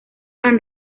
han